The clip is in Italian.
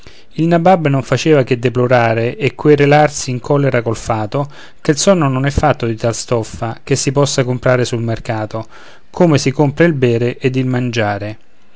il nabab non facea che deplorare e querelarsi in collera col fato che il sonno non è fatto di tal stoffa che si possa comprare sul mercato come si compra il bere ed il mangiare